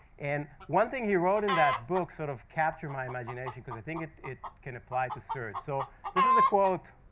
and one thing he wrote in that book sort of captured my imagination, because i think it it can apply to search. so this is a quote